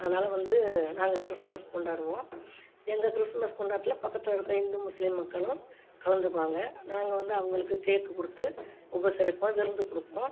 அதனால் வந்து நாங்கள் கிறிஸ்மஸ் கொண்டாடுவோம் எங்கள் கிறிஸ்மஸ் கொண்டாட்டத்தில் பக்கத்தில் இருக்கற இந்து முஸ்லீம் மக்களும் கலந்துக்குவாங்க நாங்கள் வந்து அவங்களுக்கு கேக்கு கொடுத்து உபசரிப்போம் விருந்து கொடுப்போம்